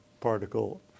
particle